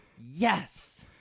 Yes